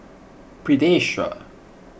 pediasure